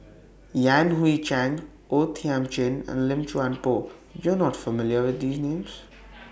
Yan Hui Chang O Thiam Chin and Lim Chuan Poh YOU Are not familiar with These Names